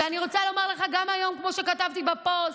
ואני רוצה לומר לך גם היום, כמו שכתבתי בפוסט,